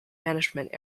management